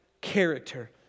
character